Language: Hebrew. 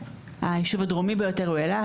כשהיישוב הדרומי ביותר הוא אילת,